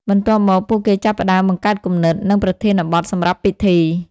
បន្ទាប់មក ពួកគេចាប់ផ្តើមបង្កើតគំនិត និងប្រធានបទសម្រាប់ពិធី។